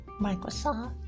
Microsoft